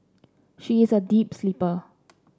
she is a deep sleeper